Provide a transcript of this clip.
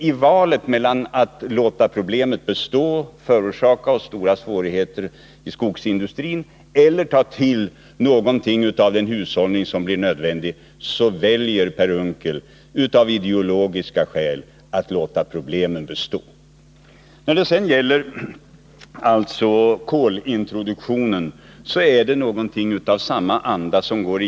I valet mellan att låta problemet bestå och förorsaka stora svårigheter i skogsindustrin eller att ta till någonting av den hushållning som blir nödvändig, så väljer Per Unckel, av ideologiska skäl, att låta problemet bestå. När det sedan gäller kolintroduktionen går någonting av samma anda igen där.